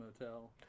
motel